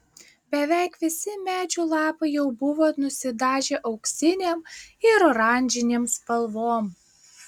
beveik visi medžių lapai jau buvo nusidažę auksinėm ir oranžinėm spalvom